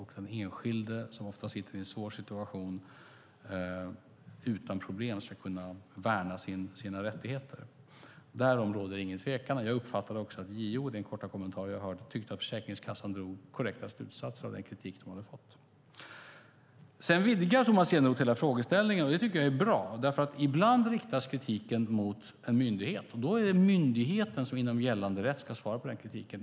Och den enskilde som ofta sitter i en svår situation ska utan problem kunna värna sina rättigheter. Därom råder det ingen tvekan. Jag uppfattade också att JO i den korta kommentar jag hörde tyckte att Försäkringskassan drog korrekta slutsatser av den kritik de hade fått. Sedan vidgar Tomas Eneroth hela frågeställningen. Det tycker jag är bra. Ibland riktas kritiken mot en myndighet. Då är det myndigheten som inom gällande rätt ska svara på den kritiken.